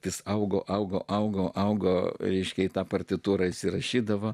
vis augo augo augo augo ryškiai tą partitūras įrašydavo